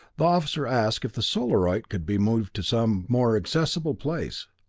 the officer asked if the solarite could be moved to some more accessible place.